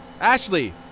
Ashley